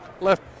left